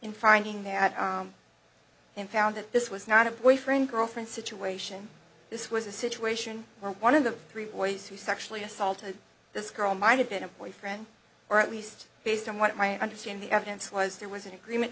in finding that and found that this was not a boyfriend girlfriend situation this was a situation where one of the three boys who sexually assaulted this girl might have been a boyfriend or at least based on what i understand the evidence was there was an agreement